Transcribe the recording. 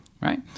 right